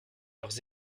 leurs